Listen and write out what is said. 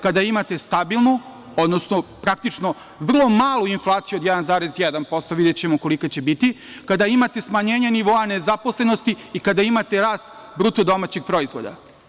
Kada imate stabilnu, odnosno praktično vrlo malu inflaciju od 1,1%, videćemo kolika će biti, kada imate smanjenje nivoa nezaposlenosti i kada imate rast BDP.